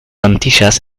antillas